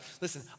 listen